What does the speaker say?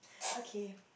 okay